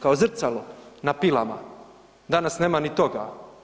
Kao zrcalo na pilama, danas nema ni toga.